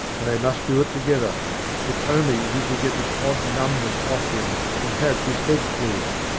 and they must do it together if only he could get this odd numbness off him, and have his head clear.